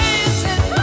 Dancing